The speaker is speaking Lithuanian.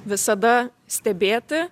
visada stebėti